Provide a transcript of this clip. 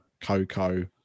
Coco